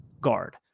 guard